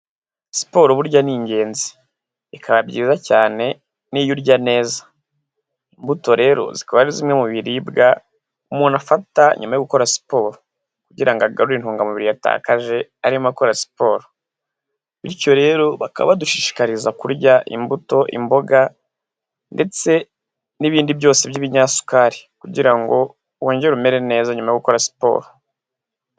Siporo burya ni ingenzi. Bikaba byiza cyane n'iyo urya neza. Imbuto rero zikaba ari zimwe mu biribwa umuntu afata nyuma yo gukora siporo kugira ngo agarure intungamubiri yatakaje arimo akora siporo. Bityo rero bakaba badushishikariza kurya imbuto, imboga ndetse n'ibindi byose by'ibinyasukari kugira ngo wongere umere neza nyuma yo gukora siporo.